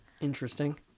Interesting